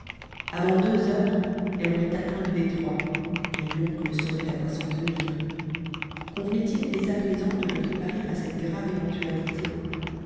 avant deux heures elle aurait atteint le détroit et l'oncle saurait à quoi s'en tenir convenait-il dès à présent de le préparer à cette grave éventualité